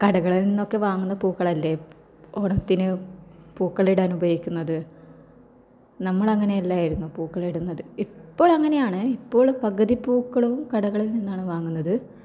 കടകളിൽ നിന്നൊക്കെ വാങ്ങുന്ന പൂക്കളല്ലേ ഓണത്തിന് പൂക്കളം ഇടാൻ ഉപയോഗിക്കുന്നത് നമ്മൾ അങ്ങനെ അല്ലായിരുന്നു പൂക്കളം ഇടുന്നത് ഇപ്പോൾ അങ്ങനെയാണ് ഇപ്പോൾ പകുതി പൂക്കളും കടകളിൽ നിന്നാണ് വാങ്ങുന്നത്